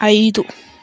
ಐದು